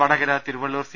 Vadakara Thiruvallur C